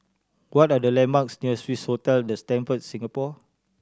what are the landmarks near Swissotel The Stamford Singapore